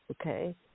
okay